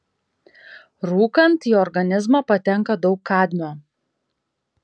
rūkant į organizmą patenka daug kadmio